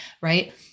Right